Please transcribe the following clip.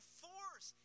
force